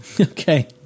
okay